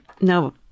no